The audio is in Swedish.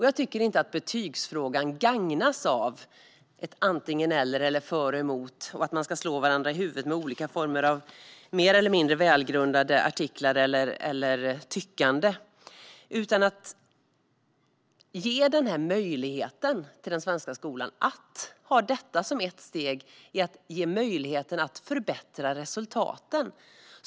Jag tycker inte att betygsfrågan gagnas av ett "antingen eller" eller "för eller emot" eller av att man ska slå varandra i huvudet med olika former av mer eller mindre välgrundade artiklar eller tyckande. Ge den svenska skolan möjlighet att ha detta som ett steg när det gäller att förbättra resultaten!